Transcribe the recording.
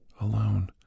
alone